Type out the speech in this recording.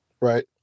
right